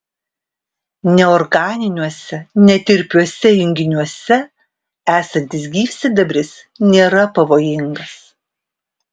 neorganiniuose netirpiuose junginiuose esantis gyvsidabris nėra pavojingas